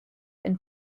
and